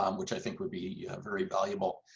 um which i think would be yeah very valuable.